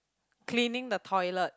cleaning the toilet